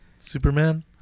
superman